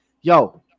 Yo